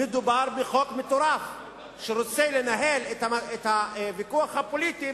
מדובר בחוף מטורף שרוצה לנהל את הוויכוח הפוליטי